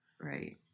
Right